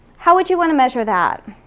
how would you wanna measure that?